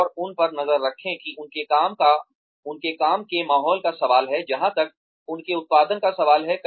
और उन पर नजर रखें कि उनके काम के माहौल का सवाल है जहां तक उनके उत्पादन का सवाल है